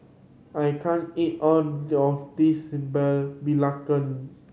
I can't eat all of this belacan